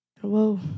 Whoa